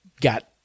Got